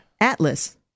Atlas